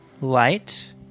Light